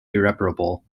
irreparable